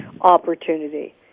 opportunity